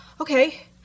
Okay